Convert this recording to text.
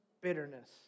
bitterness